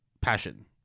passion